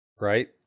Right